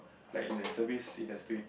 like the service industry